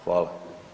Hvala.